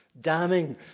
damning